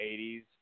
80s